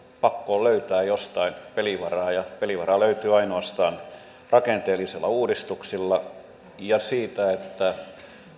pakko on löytää jostain pelivaraa ja pelivaraa löytyy ainoastaan rakenteellisilla uudistuksilla ja siitä että